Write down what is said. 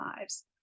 lives